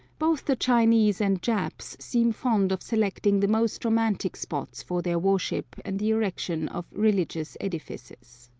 both the chinese and japs seem fond of selecting the most romantic spots for their worship and the erection of religious edifices.